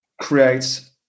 creates